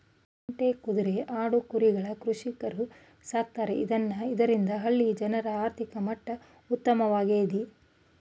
ಒಂಟೆ, ಕುದ್ರೆ, ಆಡು, ಕುರಿಗಳನ್ನ ಕೃಷಿಕರು ಸಾಕ್ತರೆ ಇದ್ನ ಇದರಿಂದ ಹಳ್ಳಿಯ ಜನರ ಆರ್ಥಿಕ ಮಟ್ಟ ಉತ್ತಮವಾಗ್ತಿದೆ